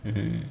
mmhmm